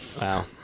wow